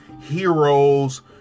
heroes